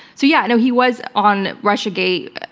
so yeah, and he was on russiagate,